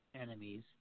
enemies